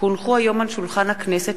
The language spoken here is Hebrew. כי הונחו היום על שולחן הכנסת,